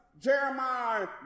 Jeremiah